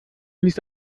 ließ